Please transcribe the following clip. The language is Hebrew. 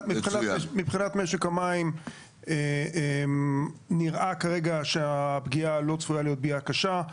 מבחינת משק המים נראה כרגע שהפגיעה לא צפויה להיות פגיעה קשה.